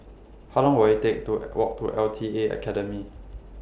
How Long Will IT Take to Walk to L T A Academy